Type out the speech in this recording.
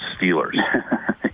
Steelers